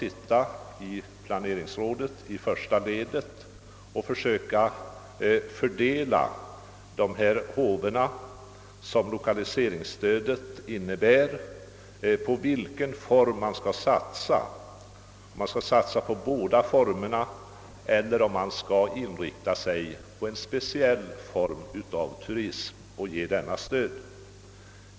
I planeringsrådet, som i första led skall försöka fördela de håvor som lokaliseringsstödet innebär, måste man öÖöverväga vad man skall satsa på, om man skall satsa på båda formerna eller inrikta sig på en speciell form av turism och ge den stödet.